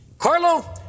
Carlo